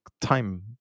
time